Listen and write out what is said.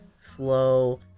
slow